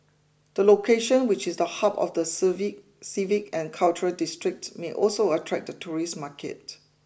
the location which is the hub of the civic civic and cultural district may also attract the tourist market